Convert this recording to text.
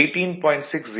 08518